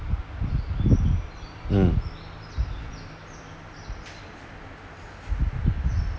mm